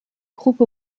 groupe